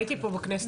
הייתי פה בכנסת הזאת.